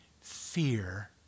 fear